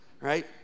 right